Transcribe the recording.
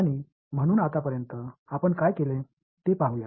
आणि म्हणून आतापर्यंत आपण काय केले ते पाहूया